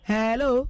Hello